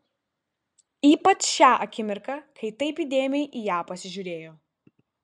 ypač šią akimirką kai taip įdėmiai į ją pasižiūrėjo